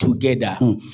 together